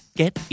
get